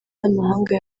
n’amahanga